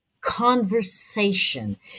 conversation